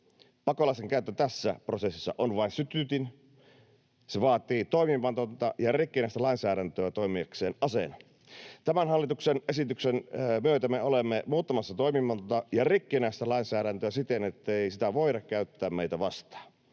Pakolaisten käyttö tässä prosessissa on vain sytytin. Se vaatii toimimatonta ja rikkinäistä lainsäädäntöä toimiakseen aseena. Tämän hallituksen esityksen myötä me olemme muuttamassa toimimatonta ja rikkinäistä lainsäädäntöä siten, ettei sitä voida käyttää meitä vastaan.